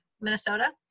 Minnesota